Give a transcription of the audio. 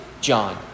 John